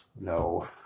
No